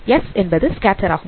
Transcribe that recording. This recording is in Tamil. S என்பது ஸ்கேட்டர் ஆகும்